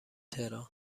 تهران